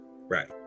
right